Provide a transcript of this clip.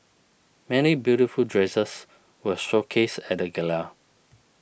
many beautiful dresses were showcased at the gala